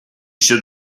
should